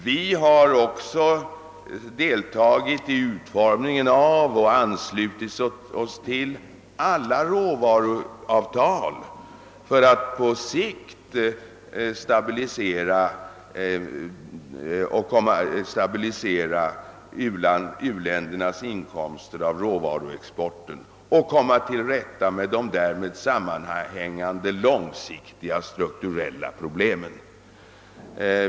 Vi har också deltagit i utformningen av och även anslutit oss till alla råvaruavtal för att på sikt stabilisera u-ländernas inkomster av råvaruexporten och komma till rätta med de därmed sammanhängande långsiktiga strukturella problemen.